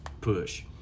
push